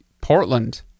Portland